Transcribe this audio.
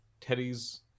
Teddy's